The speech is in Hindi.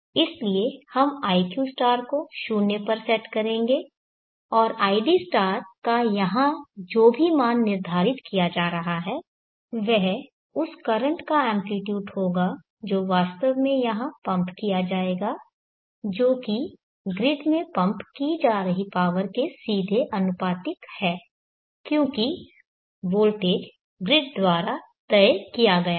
इसलिए हम iq को 0 पर सेट करेंगे और id का यहां जो भी मान निर्धारित किया जा रहा है वह उस करंट का एंप्लीट्यूड होगा जो वास्तव में यहां पंप किया जाएगा जो कि ग्रिड में पंप की जा रही पावर के सीधे आनुपातिक है क्योंकि वोल्टेज ग्रिड द्वारा तय किया गया है